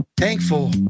thankful